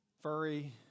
furry